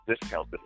discount